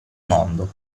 mondo